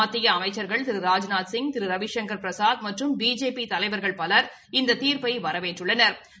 மத்திய அமைசள்கள் திரு ராஜ்நாதசிய் திரு ரவிசங்கள் பிரசாத் மற்றும் பிஜேபி தலைவர்கள் பலர் இந்த தீர்ப்பினை வரவேற்றுள்ளனா்